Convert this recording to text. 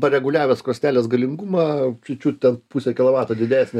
pareguliavęs krosnelės galingumą čiut čiut ten pusę kilovato didesnę